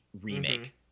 remake